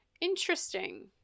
Interesting